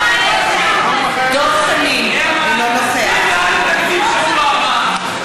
תצביעי בעד התקציב בשבוע הבא,